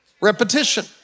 repetition